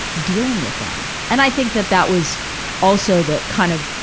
dealing with them. and i think that that was also the kind of,